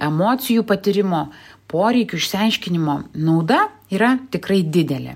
emocijų patyrimo poreikių išsiaiškinimo nauda yra tikrai didelė